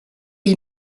ils